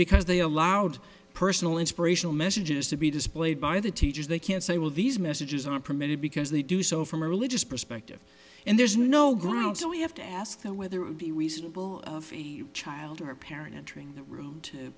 because they allowed personal inspirational messages to be displayed by the teachers they can't say well these messages are permitted because they do so from a religious perspective and there's no ground so we have to ask though whether it would be reasonable of a child or parent entering the room to